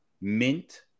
mint